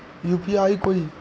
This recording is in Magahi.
यु.पी.आई कोई